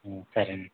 సరే అండీ